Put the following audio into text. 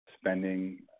spending